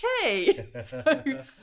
okay